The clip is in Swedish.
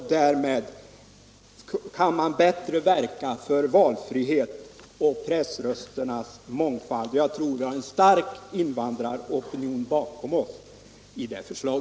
Därigenom kan man bättre verka för valfrihet och pressrösternas mångfald. Jag tror att vi har en stark invandraropinion bakom oss i detta förslag.